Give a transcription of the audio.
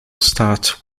start